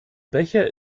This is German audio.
becher